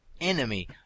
enemy